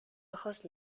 ojos